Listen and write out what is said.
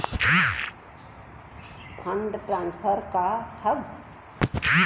Fund transfer का हव?